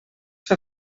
fer